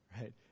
Right